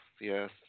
yes